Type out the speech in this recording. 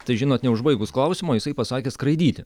tai žinot neužbaigus klausimo jisai pasakė skraidyti